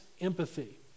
empathy